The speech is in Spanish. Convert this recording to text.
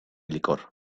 licor